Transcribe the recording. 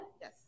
Yes